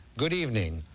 good evening.